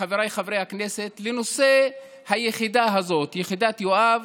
חבריי חברי הכנסת, לנושא היחידה הזאת, יחידת יואב,